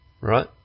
right